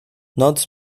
noc